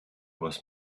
was